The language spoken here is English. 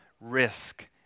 risk